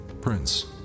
prince